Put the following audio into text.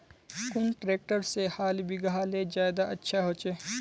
कुन ट्रैक्टर से हाल बिगहा ले ज्यादा अच्छा होचए?